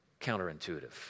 counterintuitive